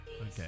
Okay